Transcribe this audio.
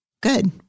good